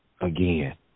again